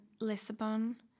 Lisbon